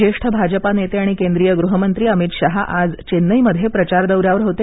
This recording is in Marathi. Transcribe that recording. ज्येष्ठ भाजपा नेते आणि केंद्रीय गृहमंत्री अमित शहा आज चेन्नईमध्ये प्रचार दौऱ्यावर होते